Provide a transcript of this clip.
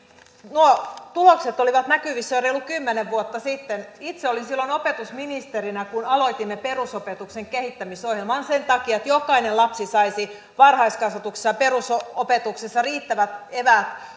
nuo tulokset olivat näkyvissä jo reilu kymmenen vuotta sitten itse olin silloin opetusministerinä kun aloitimme perusopetuksen kehittämisohjelman sen takia että jokainen lapsi saisi varhaiskasvatuksessa ja perusopetuksessa riittävät eväät